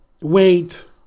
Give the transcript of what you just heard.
wait